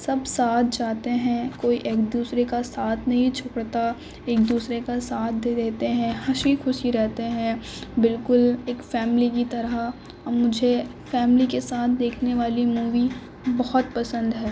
سب ساتھ جاتے ہیں کوئی ایک دوسرے کا ساتھ نہیں چھوڑتا ایک دوسرے کا ساتھ دے دیتے ہیں ہنسی خوشی رہتے ہیں بالکل ایک فیملی کی طرح مجھے فیملی کے ساتھ دیکھنے والی مووی بہت پسند ہے